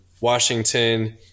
Washington